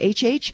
HH